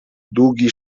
długi